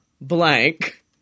Blank